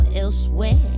elsewhere